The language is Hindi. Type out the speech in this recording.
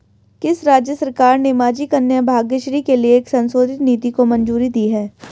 किस राज्य सरकार ने माझी कन्या भाग्यश्री के लिए एक संशोधित नीति को मंजूरी दी है?